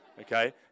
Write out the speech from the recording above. okay